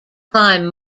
prime